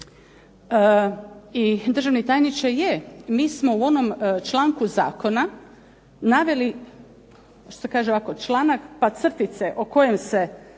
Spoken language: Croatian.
I državni tajniče je mi smo u onom članku zakona naveli što kaže ovako članak pa crtice o kojem se